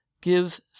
gives